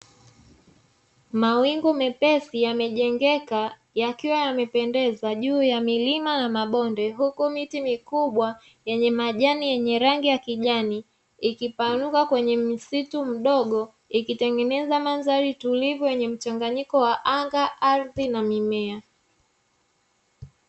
Mawingu mepesi, yamejengeka yakiwa yamependeza juu ya milima na mabonde huku miti mikubwa yenye majani yenye rangi ya kijani, ikipanuka kwenye msitu mdogo ikitengeneza mandhari tulivu yenye mchanganyiko wa anga, ardhi, na mimea.